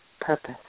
purpose